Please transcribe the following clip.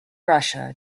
russia